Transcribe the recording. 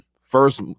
first